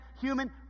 human